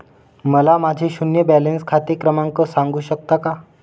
मला माझे शून्य बॅलन्स खाते क्रमांक सांगू शकता का?